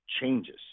changes